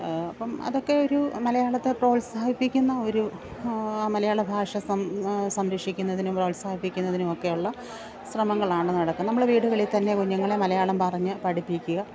അപ്പോള് അതൊക്കെ ഒരു മലയാളത്തെ പ്രോത്സാഹിപ്പിക്കുന്ന ഒരു മലയാള ഭാഷ സം സംരക്ഷിക്കുന്നതിനും പ്രോത്സാഹിപ്പിക്കുന്നതിനും ഒക്കെയുള്ള ശ്രമങ്ങളാണ് നടക്കുന്നത് നമ്മളെ വീടുകളില്ത്തന്നെ കുഞ്ഞുങ്ങളെ മലയാളം പറഞ്ഞ് പഠിപ്പിക്കുക